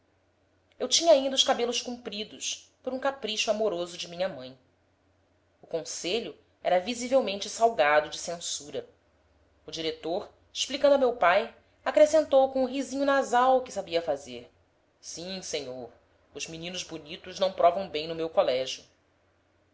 eu tinha ainda os cabelos compridos por um capricho amoroso de minha mãe o conselho era visivelmente salgado de censura o diretor explicando a meu pai acrescentou com o risinho nasal que sabia fazer sim senhor os meninos bonitos não provam bem no meu colégio